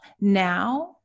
now